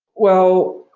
well,